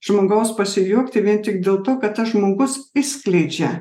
žmogaus pasijuokti vien tik dėl to kad tas žmogus išskleidžia